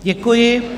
Děkuji.